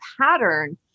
pattern